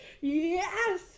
Yes